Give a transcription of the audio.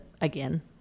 again